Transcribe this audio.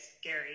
scary